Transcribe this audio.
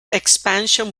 expansion